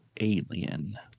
alien